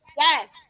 yes